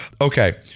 Okay